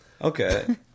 Okay